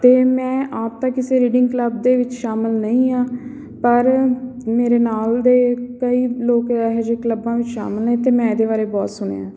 ਅਤੇ ਮੈਂ ਆਪ ਤਾਂ ਕਿਸੇ ਰੀਡਿੰਗ ਕਲੱਬ ਦੇ ਵਿੱਚ ਸ਼ਾਮਿਲ ਨਹੀਂ ਹਾਂ ਪਰ ਮੇਰੇ ਨਾਲ ਦੇ ਕਈ ਲੋਕ ਇਹੋ ਜਿਹੇ ਕਲੱਬਾਂ ਵਿੱਚ ਸ਼ਾਮਿਲ ਨੇ ਅਤੇ ਮੈਂ ਇਹਦੇ ਬਾਰੇ ਬਹੁਤ ਸੁਣਿਆ